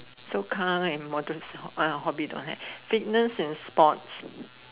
so car and motorcycle uh hobby don't have fitness and sports